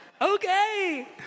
okay